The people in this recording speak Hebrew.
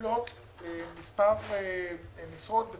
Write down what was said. לקלוט מספר משרות של